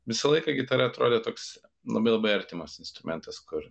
visą laiką gitara atrodė toks labai labai artimas instrumentas kur